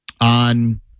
on